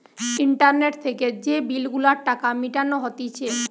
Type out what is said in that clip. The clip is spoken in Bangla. ইন্টারনেট থেকে যে বিল গুলার টাকা মিটানো হতিছে